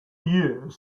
years